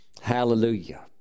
hallelujah